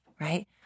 right